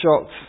shocked